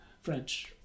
French